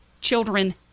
children